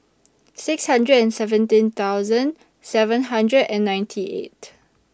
six hundred and seventeen thousand seven hundred and ninety eight